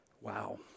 wow